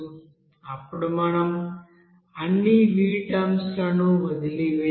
అప్పుడు మనం అన్ని v టర్మ్స్ లను వదిలివేయవచ్చు